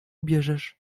bierzesz